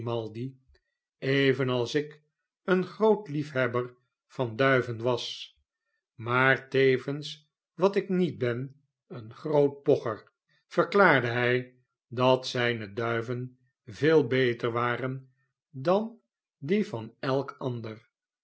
als ik een groot liefhebber van duiven was maar tevens wat ik niet ben een groot pocher verklaarde hij dat zijne duiven veel beter waren dan die van elk ander